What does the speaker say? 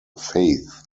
faith